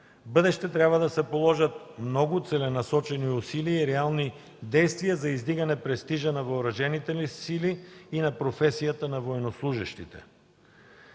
бъдеще трябва да се положат много целенасочени усилия и реални действия за издигане на престижа на въоръжените ни сили и на професията на военнослужещите.